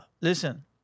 Listen